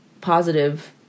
positive